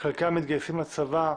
חלקם מתגייסים לצבא,